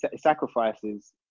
sacrifices